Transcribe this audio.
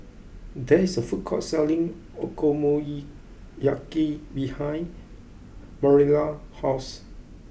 there is a food court selling Okonomiyaki behind Manilla's house